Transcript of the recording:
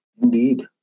indeed